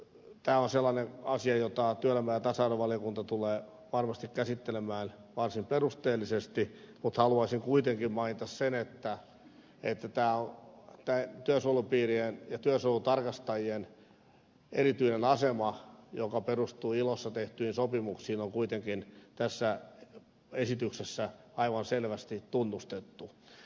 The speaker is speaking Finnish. tämä on sellainen asia jota työelämä ja tasa arvovaliokunta tulee varmasti käsittelemään varsin perusteellisesti mutta haluaisin kuitenkin mainita sen että työsuojelupiirien ja työsuojelutarkastajien erityinen asema joka perustuu ilossa tehtyihin sopimuksiin on tässä esityksessä aivan selvästi tunnustettu